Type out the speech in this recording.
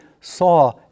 saw